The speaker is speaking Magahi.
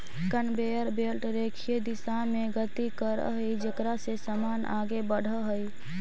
कनवेयर बेल्ट रेखीय दिशा में गति करऽ हई जेकरा से समान आगे बढ़ऽ हई